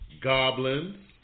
goblins